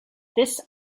this